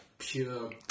pure